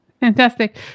Fantastic